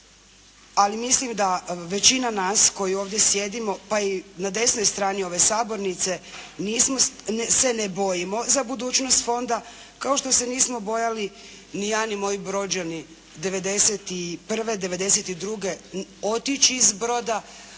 ali mislim da većina nas koji ovdje sjedimo pa i na desnoj strani ove Sabornice se ne bojimo za budućnost Fonda, kao što se nismo bojali ni ja ni moji Brođani 91., 92. otići iz Broda,